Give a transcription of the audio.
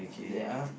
and they are